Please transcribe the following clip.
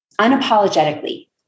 unapologetically